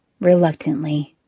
reluctantly